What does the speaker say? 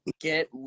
get